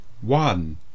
One